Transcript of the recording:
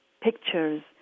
pictures